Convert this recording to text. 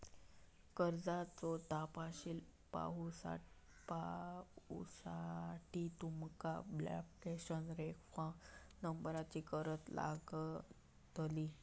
कर्जाचो तपशील पाहुसाठी तुमका ॲप्लीकेशन रेफरंस नंबरची गरज लागतली